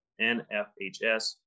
NFHS